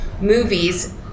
movies